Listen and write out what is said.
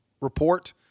report